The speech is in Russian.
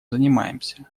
занимаемся